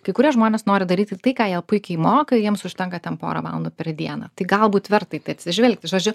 kai kurie žmonės nori daryti tai ką jie puikiai moka ir jiems užtenka tam porą valandų per dieną tai galbūt verta į tai atsižvelgti žodžiu